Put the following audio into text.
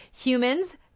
Humans